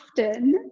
often